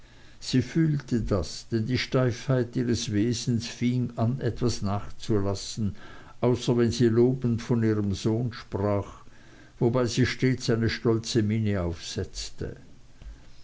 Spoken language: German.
sie fühlte das denn die steifheit ihres wesens fing an etwas nachzulassen außer wenn sie lobend von ihrem sohn sprach wobei sie stets eine stolze miene aufsetzte